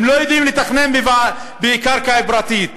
הם לא יודעים לתכנן בקרקע פרטית.